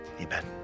amen